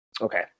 okay